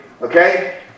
Okay